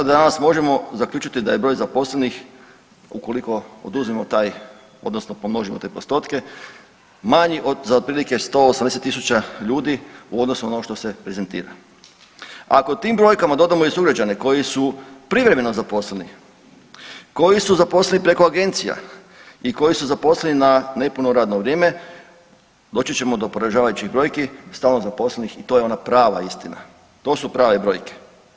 danas možemo zaključiti da je broj zaposlenih ukoliko oduzmemo taj odnosno pomnožimo te postotke manji za otprilike 180.000 ljudi u odnosu na ono što se prezentira, a ako tim brojkama dodamo i sugrađane koji su privremeno zaposleni, koji su zaposleni preko agencija i koji su zaposleni na nepuno radno vrijeme doći ćemo do poražavajućih brojki stalno zaposlenih i to je ona prava istina, to su prave brojke.